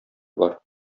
бар